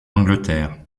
angleterre